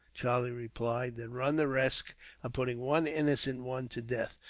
charlie replied, than run the risk of putting one innocent one to death.